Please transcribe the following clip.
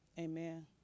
Amen